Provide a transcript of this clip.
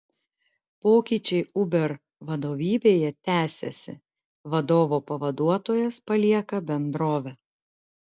pokyčiai uber vadovybėje tęsiasi vadovo pavaduotojas palieka bendrovę